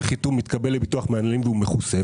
חיתום מתקבל לביטוח מנהלים והוא מכוסה.